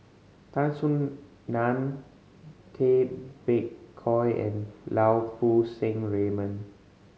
Tan Soo Nan Tay Bak Koi and Lau Poo Seng Raymond